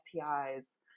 STIs